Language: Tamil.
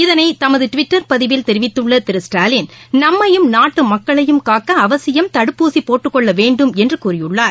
இதனைதமதுடிவிட்டர் பதிவில் தெரிவித்துள்ளதிரு ஸ்டாலின் நம்மையும் நாட்டுமக்களையும் காக்கஅவசியம் தடுப்பூசிபோட்டுக்கொள்ளவேண்டும் என்றுகூறியுள்ளார்